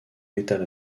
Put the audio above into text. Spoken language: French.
métal